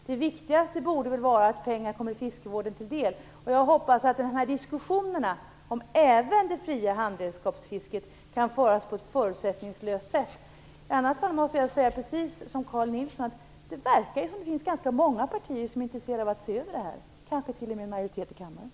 Det viktigaste borde väl vara att pengar kommer fiskevården till del. Jag hoppas att de här diskussionerna, även de om det fria handredskapsfisket, kan föras på ett förutsättningslöst sätt. I annat fall måste jag säga precis som Carl G Nilsson, att det verkar som om det finns ganska många partier som är intresserade av att se över detta, kanske till och med en majoritet i kammaren.